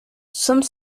some